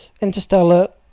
Interstellar